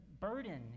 burden